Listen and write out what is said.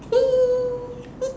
!ee!